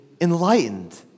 enlightened